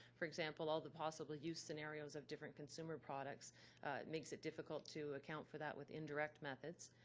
for example all the possible use scenarios of different consumer products makes it difficult to account for that with indirect methods.